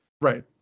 Right